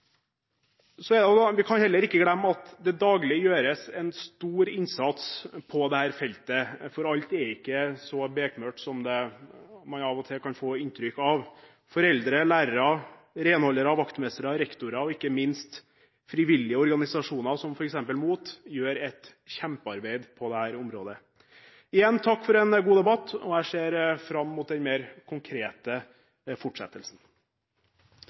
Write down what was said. Vi skal heller ikke glemme at det daglig gjøres en stor innsats på dette feltet, for alt er ikke så bekmørkt som man av og til kan få inntrykk av. Foreldre, lærere, renholdere, vaktmestere, rektorer og ikke minst frivillige organisasjoner, som f.eks. MOT, gjør et kjempearbeid på dette området. Igjen, takk for en god debatt, og jeg ser fram mot den mer konkrete fortsettelsen.